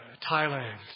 Thailand